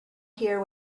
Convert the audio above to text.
here